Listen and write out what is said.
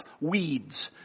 weeds